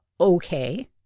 okay